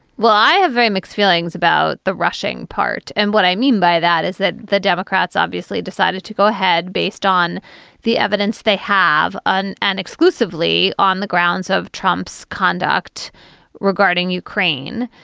well, i have very mixed feelings about the rushing part. and what i mean by that is that the democrats obviously decided to go ahead based on the evidence they have on and exclusively on the grounds of trump's conduct regarding ukraine.